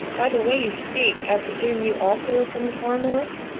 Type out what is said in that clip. by the way you speak, i presume you also are from the far north.